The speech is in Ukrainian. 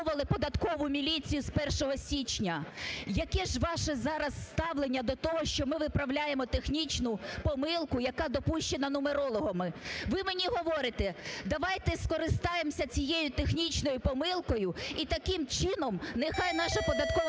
ми виправляємо технічну помилку, яка допущена нумерологами. Ви мені говорите: "Давайте скористаємося цією технічною помилкою і таким чином нехай наша податкова міліція